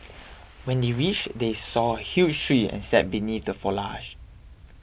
when they reached they saw a huge tree and sat beneath the foliage